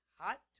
hot